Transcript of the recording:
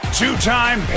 two-time